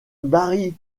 barry